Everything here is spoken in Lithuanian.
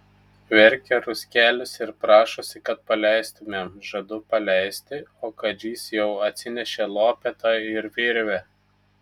verkia ruskelis ir prašosi kad paleistumėm žadu paleisti o kadžys jau atsinešė lopetą ir virvę